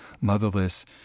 motherless